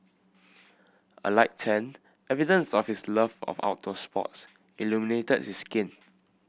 a light tan evidence of his love of outdoor sports illuminated his skin